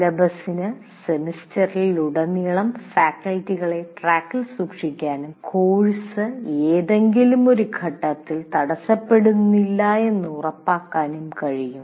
സിലബസിന് സെമസ്റ്ററിലുടനീളം ഫാക്കൽറ്റികളെ ട്രാക്കിൽ സൂക്ഷിക്കാനും കോഴ്സ് ഏതെങ്കിലും ഒരു ഘട്ടത്തിൽ തടസ്സപ്പെടുന്നില്ലെന്ന് ഉറപ്പാക്കാനും കഴിയും